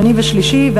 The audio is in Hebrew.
שני ושלישי,